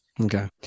Okay